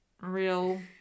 real